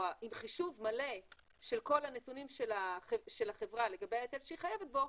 או עם חישוב מלא של כל הנתונים של החברה לגבי ההיטל שהיא חייבת בו,